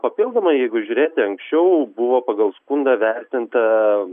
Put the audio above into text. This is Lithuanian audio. papildomai jeigu žiūrėti anksčiau buvo pagal skundą vertinta